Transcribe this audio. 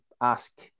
ask